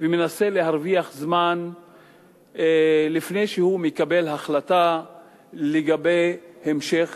ומנסה להרוויח זמן לפני שהוא מקבל החלטה לגבי המשך